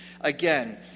again